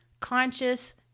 conscious